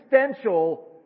existential